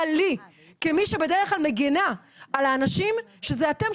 לי כמי שבדרך כלל מגינה על האנשים כשזה אתם,